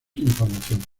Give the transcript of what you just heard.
información